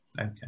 okay